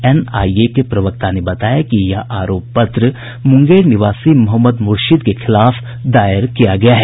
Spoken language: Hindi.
एनआईए के प्रवक्ता ने बताया कि यह आरोप पत्र मुंगेर निवासी मोहम्मद मुर्शीद के खिलाफ दायर किया गया है